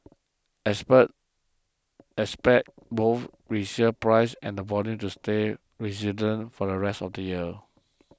experts expect both resale prices and volume to stay resilient for the rest of the year